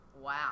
Wow